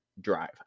drive